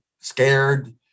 scared